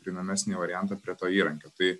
prieinamesnį variantą prie to įrankio tai